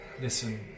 Listen